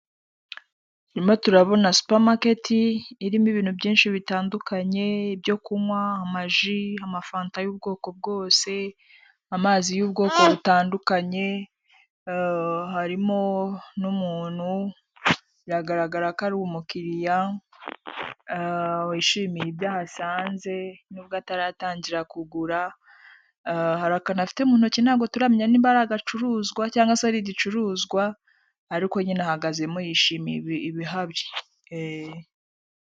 Turimo turabona supamaketi irimo ibintu byinshi bitandukanye byo kunywa, amaji, amafanta y'ubwoko bwose, amazi y'ubwoko butandukanye, harimo n'umuntu byagaragara ko ari umukiriya wishimiye ibyo ahasanze nubwo ataratangira kugura hari akantu afite mu ntoki ntago turamenyamo nimba ari agacuruzwa cyangwa se ari igicuruzwa ariko nyine ahagazemo yishimiye ibihari.